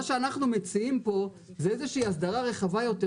מה שאנחנו מציעים זה איזה אסדרה רחבה יותר,